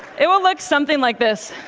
it will look something like this.